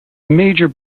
major